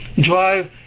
drive